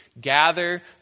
gather